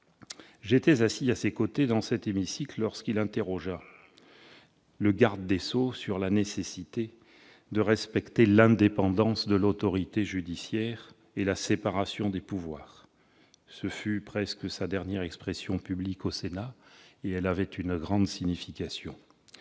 j'étais assis à ses côtés dans cet hémicycle lorsqu'il interrogea le garde des sceaux de l'époque sur la nécessité de respecter l'indépendance de l'autorité judiciaire et la séparation des pouvoirs. Cela restera comme sa dernière expression publique au Sénat, elle avait une grande signification.